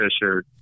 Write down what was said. Fisher